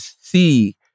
see